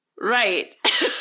Right